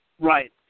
Right